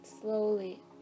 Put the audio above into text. slowly